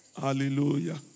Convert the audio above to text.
Hallelujah